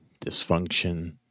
dysfunction